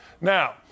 Now